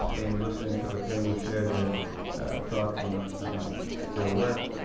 in listening to the panel share their thoughts and their work.